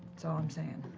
so i'm saying.